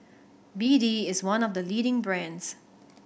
B D is one of the leading brands